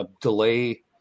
delay